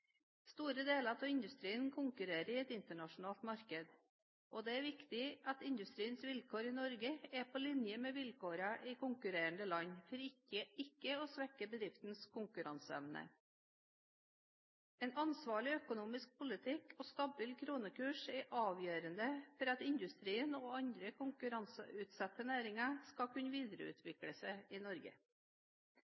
Store deler av industrien konkurrerer i et internasjonalt marked, og det er viktig at industriens vilkår i Norge er på linje med vilkårene i konkurrerende land for ikke å svekke bedriftenes konkurranseevne. En ansvarlig økonomisk politikk og stabil kronekurs er avgjørende for at industrien og andre konkurranseutsatte næringer skal kunne